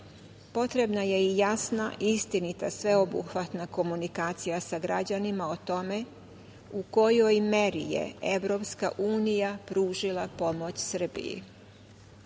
Potrebna je i jasna, istinita i sveobuhvatna komunikacija sa građanima o tome u kojoj meri je EU pružila pomoć Srbiji. Mi